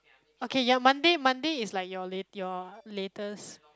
okay ya Monday Monday is like your late your latest